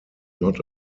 not